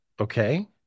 Okay